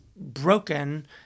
broken